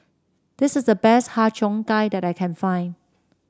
this is the best Har Cheong Gai that I can find